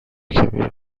کبیر